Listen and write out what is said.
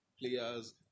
players